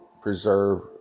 preserve